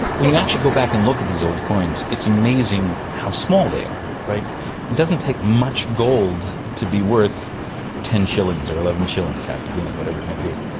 when you actually go back and look at these old coins, it's amazing how small they are. it doesn't take much gold to be worth ten shillings or eleven shillings, half a guinea, whatever it may be,